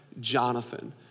Jonathan